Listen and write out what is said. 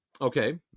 okay